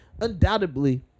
Undoubtedly